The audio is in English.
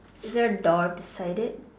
is there a door beside it